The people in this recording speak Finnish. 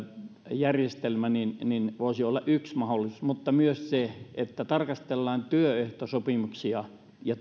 järjestelmä voisi olla yksi mahdollisuus mutta myös se että tarkastellaan työehtosopimuksia ja